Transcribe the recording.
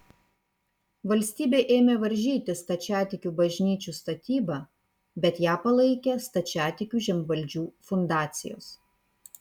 valstybė ėmė varžyti stačiatikių bažnyčių statybą bet ją palaikė stačiatikių žemvaldžių fundacijos